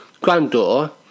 granddaughter